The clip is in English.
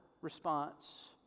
response